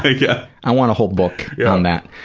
yeah. i want a whole book yeah on that,